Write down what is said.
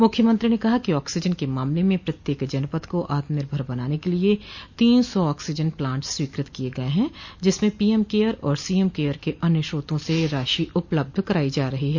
मुख्यमंत्री ने कहा कि ऑक्सीजन के मामले में प्रत्येक जनपद को आत्मनिर्भर बनाने के लिये तीन सौ ऑक्सीजन प्लांट स्वीकृत किये गये हैं जिसमें पीएम केयर और सीएम केयर के अन्य स्रोतों से राशि उपलब्ध कराई जा रही है